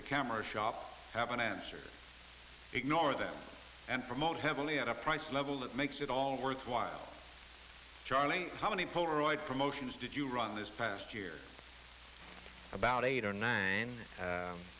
the camera shop have an answer ignore them and promote heavily at a price level that makes it all worthwhile charlie how many polaroid promotions did you run this past year about eight or nine